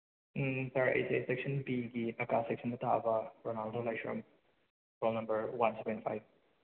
ꯎꯝ sir ꯑꯩꯁꯦ section ꯕꯤꯒꯤ ꯑꯀꯥꯁ ꯁꯦꯛꯁꯟꯗ ꯇꯥꯕ Ronaldo Laishram roll number one seven five